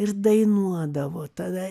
ir dainuodavo tada